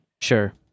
Sure